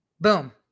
Boom